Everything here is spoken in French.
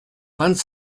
vingt